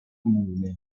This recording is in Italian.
comune